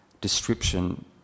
description